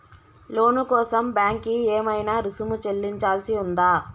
లోను కోసం బ్యాంక్ కి ఏమైనా రుసుము చెల్లించాల్సి ఉందా?